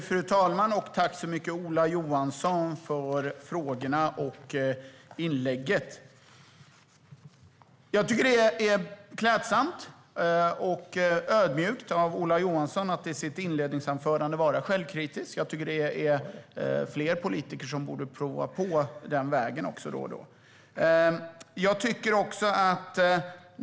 Fru talman! Jag tackar Ola Johansson för frågorna och inlägget. Jag tycker att det är klädsamt och ödmjukt av Ola Johansson att i sitt inledningsanförande vara självkritisk. Jag tycker att fler politiker borde prova på det då och då.